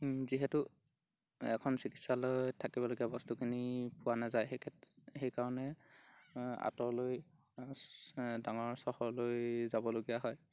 যিহেতু এখন চিকিৎসালত থাকিবলগীয়া বস্তুখিনি পোৱা নাযায় সেইক্ষেত্ৰত সেইকাৰণে আঁতৰলৈ ডাঙৰ চহৰলৈ যাবলগীয়া হয়